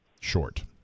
Short